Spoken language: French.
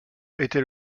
était